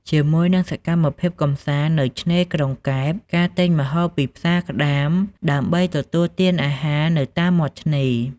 ជាមួយនិងសកម្មភាពកម្សាន្តនៅឆ្នេរក្រុងកែប ការទិញម្ហូបពីផ្សារក្ដាមដើម្បីទទួលទានអាហារនៅតាមមាត់ឆ្នេរ។